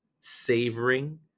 savoring